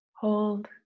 Hold